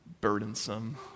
burdensome